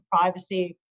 privacy